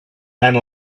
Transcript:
tant